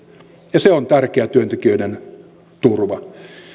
ja se on tärkeä työntekijöiden turva